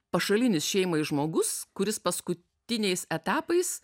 pašalinis šeimai žmogus kuris paskutiniais etapais